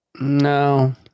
No